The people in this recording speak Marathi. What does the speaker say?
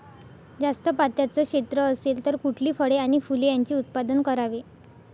जास्त पात्याचं क्षेत्र असेल तर कुठली फळे आणि फूले यांचे उत्पादन करावे?